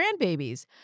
grandbabies